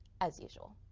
as usual.